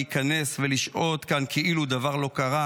להיכנס ולשהות כאן כאילו דבר לא קרה?